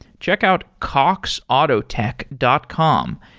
check out cox autotech dot com.